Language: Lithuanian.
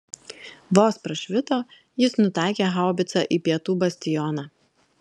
vos prašvito jis nutaikė haubicą į pietų bastioną